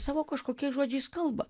savo kažkokiais žodžiais kalba